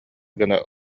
гына